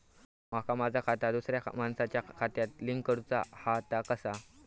माका माझा खाता दुसऱ्या मानसाच्या खात्याक लिंक करूचा हा ता कसा?